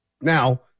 Now